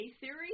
theory